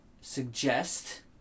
suggest